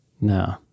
No